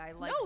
No